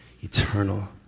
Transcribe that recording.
eternal